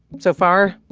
so far,